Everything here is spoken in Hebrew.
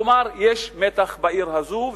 כלומר יש מתח בעיר הזאת,